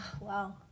Wow